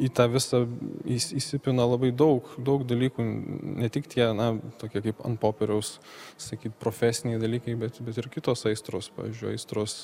į tą visą įs įsipina labai daug daug dalykų ne tik tie na tokie kaip an popieriaus profesiniai dalykai bet bet ir kitos aistros pavyzdžiui aistros